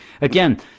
again